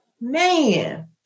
Man